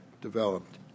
developed